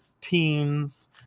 teens